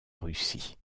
russie